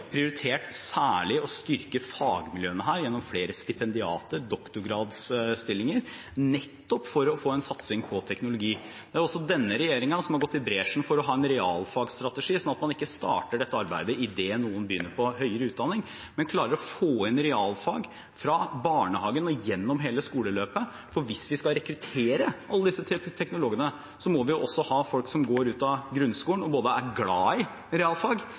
særlig prioritert å styrke fagmiljøene gjennom flere stipendiater og doktorgradsstillinger for å få en satsing på teknologi. Det er også denne regjeringen som har gått i bresjen for å ha en realfagsstrategi, slik at man ikke starter dette arbeidet idet noen begynner på høyere utdanning, men man klarer å få inn realfag fra barnehagen og gjennom hele skoleløpet. Hvis vi skal rekruttere alle disse teknologene, må vi også ha folk som går ut av grunnskolen som er glad i realfag,